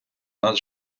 нас